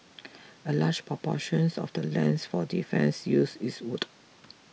a large proportions of the lands for defence use is wooded